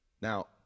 Now